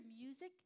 music